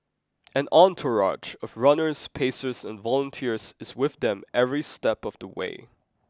an entourage of runners pacers and volunteers is with them every step of the way